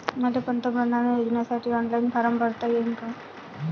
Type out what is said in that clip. मले पंतप्रधान योजनेसाठी ऑनलाईन फारम भरता येईन का?